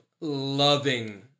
loving –